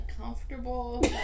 comfortable